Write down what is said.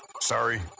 Sorry